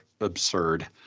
absurd